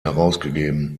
herausgegeben